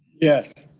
yes.